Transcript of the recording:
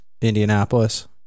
Indianapolis